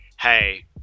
hey